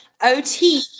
OT